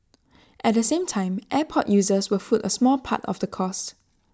at the same time airport users will foot A small part of the cost